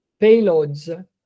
payloads